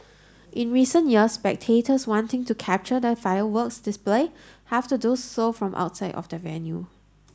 in recent years spectators wanting to capture the fireworks display have to do so from outside of the venue